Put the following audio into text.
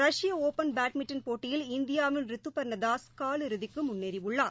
ரஷ்ய open badminton போட்டியில் இந்தியாவின் ரித்துபர்னதாஸ் காலிறுதிக்குமுன்னேறியுள்ளார்